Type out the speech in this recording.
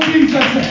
Jesus